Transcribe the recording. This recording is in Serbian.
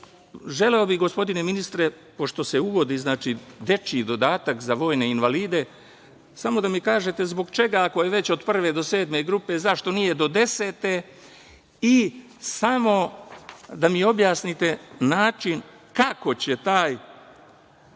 bih gospodine ministre, pošto se uvodi dečiji dodatak za vojne invalide, samo da mi kažete ako je već od prve do sedme grupe, zašto nije do desete i samo da mi objasnite način kako će taj